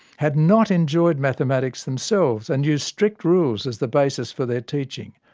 had not enjoyed mathematics themselves, and used strict rules as the basis for their teaching.